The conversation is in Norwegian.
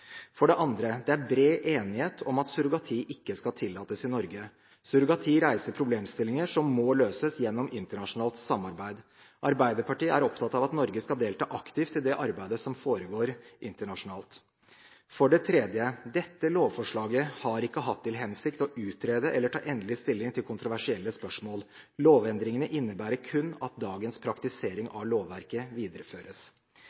For det andre: Det er bred enighet om at surrogati ikke skal tillates i Norge. Surrogati reiser problemstillinger som må løses gjennom internasjonalt samarbeid. Arbeiderpartiet er opptatt av at Norge skal delta aktivt i det arbeidet som foregår internasjonalt. For det tredje: Dette lovforslaget har ikke hatt til hensikt å utrede eller ta endelig stilling til kontroversielle spørsmål. Lovendringene innebærer kun at dagens praktisering